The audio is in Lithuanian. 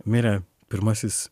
mirė pirmasis